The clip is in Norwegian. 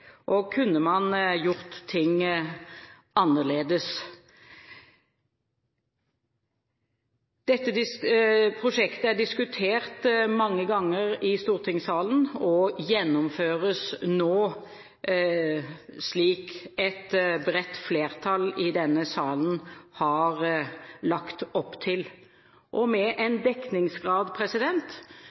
og om man kunne gjort ting annerledes. Dette prosjektet er diskutert mange ganger i stortingssalen, og gjennomføres nå slik et bredt flertall i denne salen har lagt opp til, med en dekningsgrad